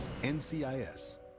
NCIS